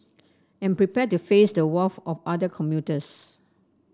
and prepare to face the wrath of other commuters